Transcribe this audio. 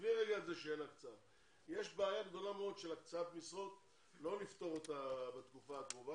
יש בעיה גדולה מאוד של הקצאת משרות ולא נפתור אותה בתקופה הקרובה,